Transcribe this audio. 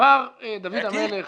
כבר דוד המלך